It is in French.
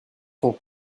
sont